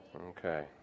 Okay